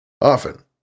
often